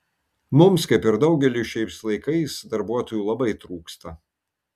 mums kaip ir daugeliui šiais laikais darbuotojų labai trūksta